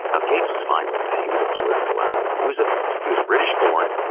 ah gates was fine with that. he was a political animal. he was ah he was british-born,